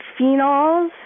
Phenols